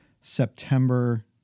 September